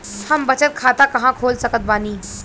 हम बचत खाता कहां खोल सकत बानी?